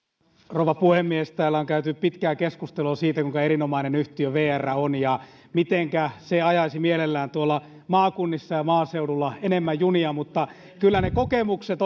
rouva puhemies täällä on käyty pitkää keskustelua siitä kuinka erinomainen yhtiö vr on ja mitenkä se ajaisi mielellään tuolla maakunnissa ja maaseudulla enemmän junia mutta kyllä ne kokemukset